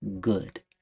good